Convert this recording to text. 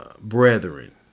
brethren